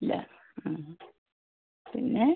ഇല്ല പിന്നെ